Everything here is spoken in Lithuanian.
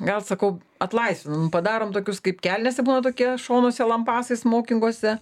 gal sakau atlaisvinam nu padarom tokius kaip kelnėse būna tokie šonuose lampasai smokinguose